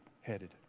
headed